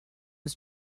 was